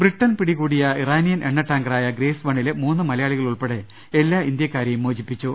Britain പിടികൂടിയ Iranian എണ്ണ ടാങ്ക്റായു ഗ്രേസ് വണ്ണിലെ മൂന്ന് മലയാളികൾ ഉൾപ്പെടെ എല്ലാ ഇന്ത്യക്കാരേയും മോചിപ്പിച്ചു